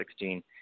2016